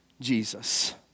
Jesus